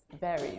varies